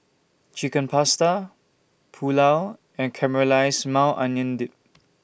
Chicken Pasta Pulao and Caramelized Maui Onion Dip